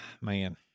man